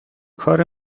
کار